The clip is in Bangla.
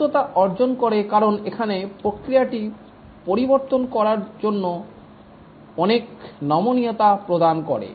দ্রুততা অর্জন করে কারণ এখানে প্রক্রিয়াটি পরিবর্তন করার জন্য অনেক নমনীয়তা প্রদান করে